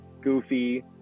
Goofy